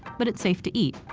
but it's safe to eat.